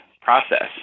process